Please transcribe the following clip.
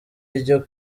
ryo